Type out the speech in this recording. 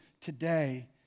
today